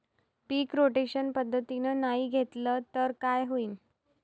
पीक rotation पद्धतीनं नाही घेतलं तर काय होईन?